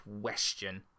question